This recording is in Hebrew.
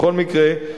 בכל מקרה,